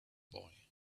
boy